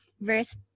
verse